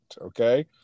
okay